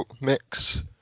mix